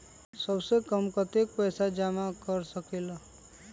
सबसे कम कतेक पैसा जमा कर सकेल?